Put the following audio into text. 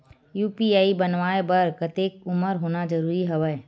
UPI बनवाय बर कतेक उमर होना जरूरी हवय?